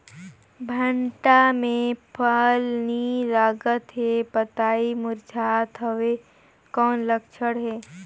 भांटा मे फल नी लागत हे पतई मुरझात हवय कौन लक्षण हे?